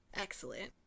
Excellent